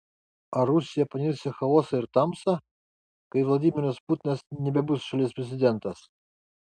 ar rusija panirs į chaosą ir tamsą kai vladimiras putinas nebebus šalies prezidentas